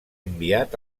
enviat